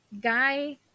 Guy